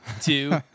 two